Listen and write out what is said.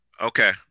Okay